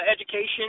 education